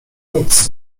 nic